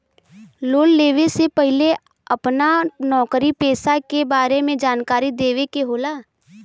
Loan लेवे से पहिले अपना नौकरी पेसा के बारे मे जानकारी देवे के होला?